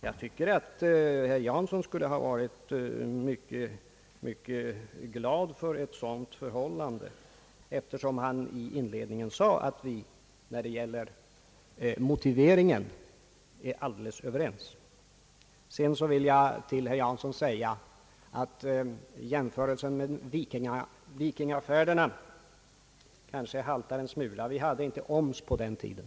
Jag tycker att herr Jansson skulle ha varit mycket glad över något sådant, eftersom han i inledningen av sitt anförande sade att vi är helt överens när det gäller motiveringen. Till slut vill jag till herr Jansson säga Om skatt på utlandsresor att jämförelsen med vikingafärderna kanske haltar en smula. Vi hade inte oms på den tiden.